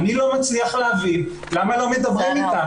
אני לא מצליח להבין למה לא מדברים איתנו,